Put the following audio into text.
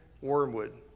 wormwood